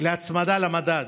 הצמדה למדד.